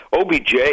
OBJ